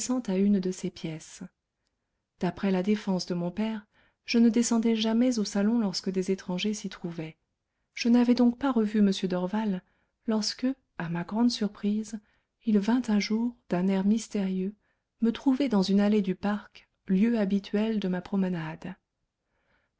à une de ses pièces d'après la défense de mon père je ne descendais jamais au salon lorsque des étrangers s'y trouvaient je n'avais donc pas revu m dorval lorsque à ma grande surprise il vint un jour d'un air mystérieux me trouver dans une allée du parc lieu habituel de ma promenade